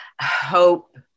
hope